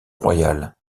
royal